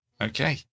Okay